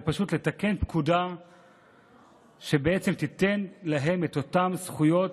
זה פשוט לתקן פקודה שלמעשה תיתן להם את אותן זכויות